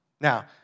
Now